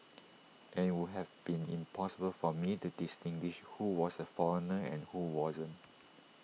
and IT would have been impossible for me to distinguish who was A foreigner and who wasn't